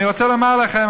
אני רוצה לומר לכם,